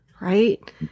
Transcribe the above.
right